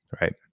right